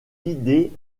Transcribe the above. idées